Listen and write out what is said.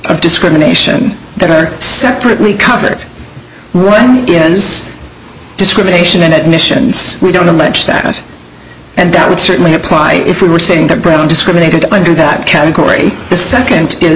of discrimination that are separately covered is discrimination in admissions we don't know much that and that would certainly apply if we were saying that brown discriminated under that category the second is